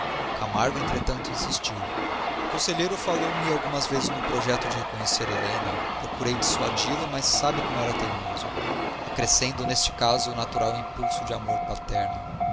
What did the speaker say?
camargo entretanto insistiu o conselheiro falou-me algumas vezes no projeto de reconhecer helena procurei dissuadi-lo mas sabe como era teimoso acrescendo neste caso o natural impulso de amor paterno